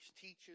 teaches